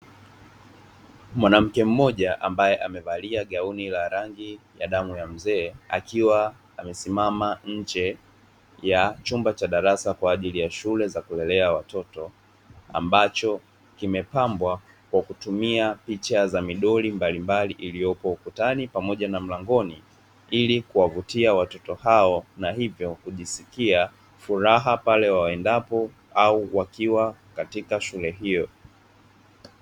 Mwanamke mmoja ambaye amevalia gauni la rangi ya damu ya mzee akiwa amesimama nje ya chumba cha darasa kwa ajili ya shule za kulelea watoto ambacho kimepambwa kwa kutumia picha za midoli mbalimbali iliyopo ukutani pamoja na mlangoni ili kuwavutia watoto hao na hivyo kujisikia furaha pale waendapo au wakiwa katika shule hiyo.